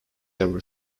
ever